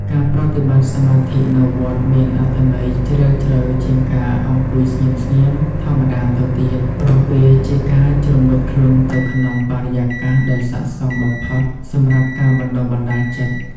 ការប្រតិបត្តិសមាធិនៅវត្តមានអត្ថន័យជ្រាលជ្រៅជាងការអង្គុយស្ងៀមៗធម្មតាទៅទៀត ព្រោះវាជាការជ្រមុជខ្លួនទៅក្នុងបរិយាកាសដែលស័ក្តិសមបំផុតសម្រាប់ការបណ្តុះបណ្តាលចិត្ត។